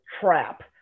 trap